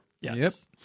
Yes